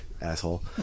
asshole